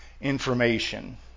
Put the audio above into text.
information